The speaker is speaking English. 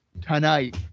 tonight